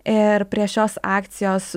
ir prie šios akcijos